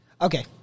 Okay